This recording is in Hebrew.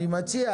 אני מציע,